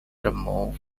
removed